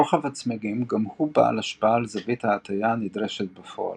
רוחב הצמיגים גם הוא בעל השפעה על זווית ההטיה הנדרשת בפועל.